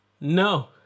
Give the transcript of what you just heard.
No